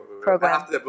program